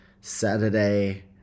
saturday